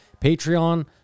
Patreon